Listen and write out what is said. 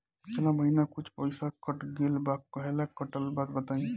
पिछला महीना कुछ पइसा कट गेल बा कहेला कटल बा बताईं?